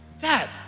Dad